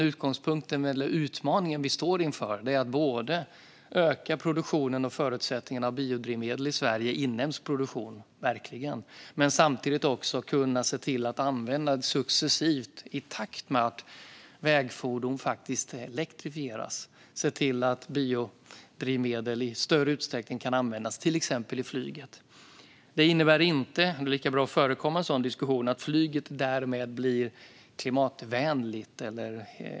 Utmaningen vi står inför är att både öka den inhemska produktionen av och förutsättningarna för biodrivmedel i Sverige och samtidigt se till att successivt öka användningen, i takt med att vägfordon faktiskt elektrifieras, och att biodrivmedel i större utsträckning kan användas inom till exempel flyget. Det innebär inte - det är lika bra att förekomma en sådan diskussion - att flyget därmed blir klimatvänligt.